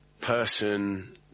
person